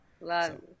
Love